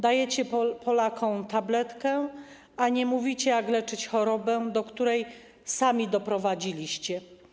Dajecie Polakom tabletkę, a nie mówicie, jak leczyć chorobę, do której sami doprowadziliście.